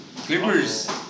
Clippers